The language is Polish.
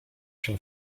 się